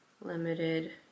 limited